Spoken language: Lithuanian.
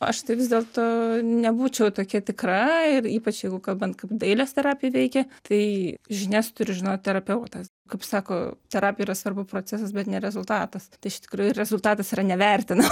aš vis dėlto nebūčiau tokia tikra ir ypač jeigu kalbant kaip dailės terapija veikia tai žinias turi žinot terapeutas kaip sako terapija yra svarbu procesas bet ne rezultatas tai iš tikrųjų rezultatas yra nevertina